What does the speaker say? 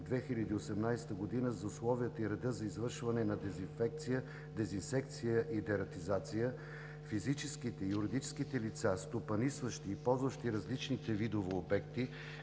2018 г. за условията и реда за извършване на дезинфекции, дезинсекции и дератизации (ДДД), физическите и юридическите лица, стопанисващи и ползващи различни видове обекти,